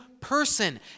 person